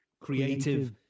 Creative